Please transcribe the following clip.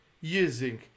using